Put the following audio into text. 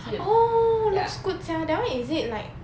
oh looks good sia that [one] is it like